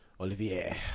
Olivier